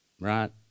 Right